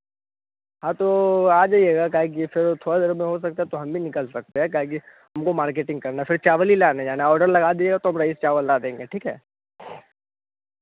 हाँ तो आ जाएगा कहे कि थोड़ी थोड़ी देर में हो सकता है तो हम भी निकाल सकते हैं काहे कि हमको मार्केटिंग करना है फिर चावल ही लाने जाना है ऑर्डर लगा देगा तब रईस चावल ला देंगे ठीक है